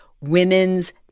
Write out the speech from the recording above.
women's